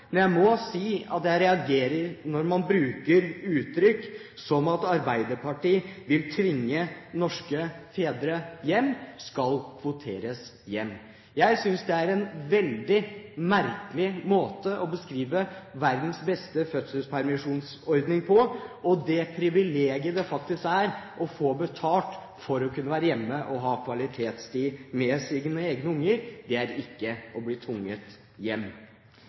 men jeg må si at jeg reagerer når man bruker uttrykk som at Arbeiderpartiet vil tvinge norske fedre hjem, de skal kvoteres hjem. Jeg synes det er en veldig merkelig måte å beskrive verdens beste fødselspermisjonsordning på. Det privilegiet det faktisk er å få betalt for å kunne være hjemme og ha kvalitetstid med sine egne unger, er ikke å bli tvunget hjem.